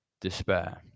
despair